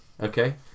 Okay